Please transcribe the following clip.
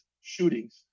shootings